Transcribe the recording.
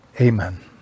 Amen